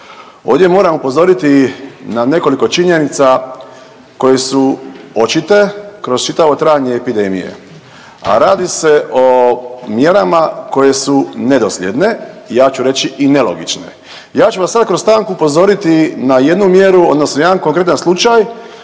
Ovdje moram upozoriti na nekoliko činjenica koje su očite kroz čitavo trajanje epidemije, a radi se o mjerama koje su nedosljedne, ja ću reći i nelogične. Ja ću vas sada kroz stanku upozoriti na jednu mjeru odnosno na jedan konkretan slučaj,